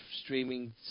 streaming